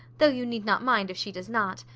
though you need not mind if she does not.